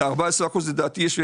לדעתי 14 אחוזים.